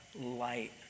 Light